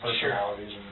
personalities